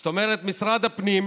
זאת אומרת, משרד הפנים,